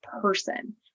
person